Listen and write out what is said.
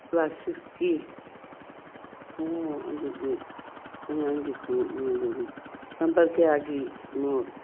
class ꯁꯤꯛꯁꯀꯤ ꯑꯣ ꯑꯗꯨꯗꯤ ꯑꯉꯥꯡꯒꯤ ꯈꯣꯡꯎꯞꯅꯤꯅꯦ ꯅꯝꯕꯔ ꯀꯌꯥꯒꯤꯅꯣ